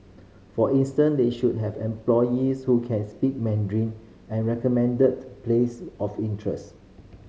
for instance they should have employees who can speak Mandarin and recommended place of interest